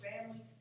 family